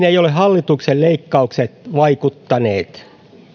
ei ole hallituksen leikkaukset vaikuttaneet